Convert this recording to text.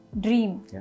dream